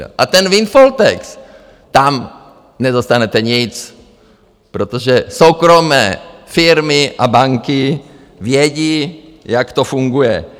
A ten windfall tax, tam nedostanete nic, protože soukromé firmy a banky vědí, jak to funguje.